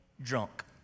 drunk